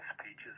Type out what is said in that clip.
speeches